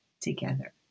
together